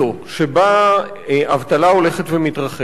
שבה האבטלה הולכת ומתרחבת,